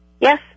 yes